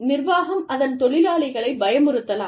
நிர்வாகம் அதன் தொழிலாளிகளைப் பயமுறுத்தலாம்